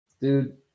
Dude